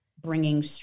bringing